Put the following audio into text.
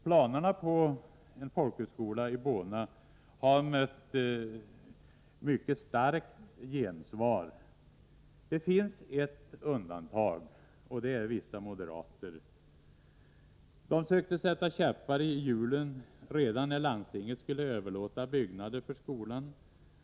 Planerna på en folkhögskola i Bona har mött ett mycket positivt gensvar. Men det finns ett undantag, och det är vissa moderater. De sökte sätta käppar i hjulen redan när landstinget skulle överlåta byggnader för skolan.